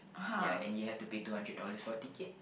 ya and you have to pay two hundred dollars for a ticket